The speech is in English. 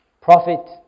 Prophet